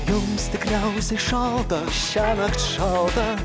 jums tikriausiai šalta šiąnakt šalta